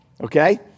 okay